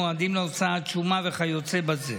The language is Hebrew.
מועדים להוצאת שומה וכיוצא בזה.